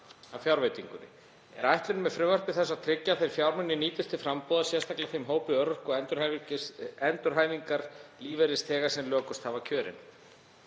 Er ætlunin með frumvarpi þessu að tryggja að þeir fjármunir nýtist til frambúðar sérstaklega þeim hópi örorku- og endurhæfingarlífeyrisþega sem lökust hafa kjörin.